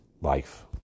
life